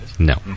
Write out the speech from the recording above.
No